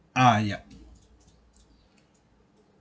ah yup